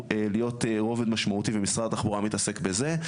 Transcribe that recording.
להיות רובד משמעותי ומשרד התחבורה מתעסק בזה.